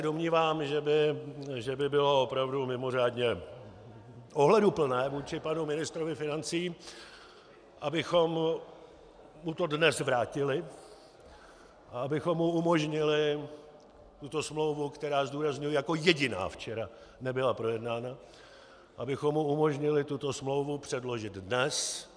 Domnívám se, že by bylo opravdu mimořádně ohleduplné vůči panu ministrovi financí, abychom mu to dnes vrátili a abychom mu umožnili tuto smlouvu, která, zdůrazňuji, jako jediná včera nebyla projednána, abychom mu umožnili tuto smlouvu předložit dnes.